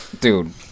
dude